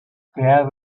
there